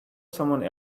someone